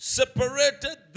separated